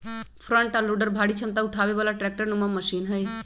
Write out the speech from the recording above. front आ loader भारी क्षमता उठाबे बला ट्रैक्टर नुमा मशीन हई